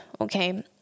okay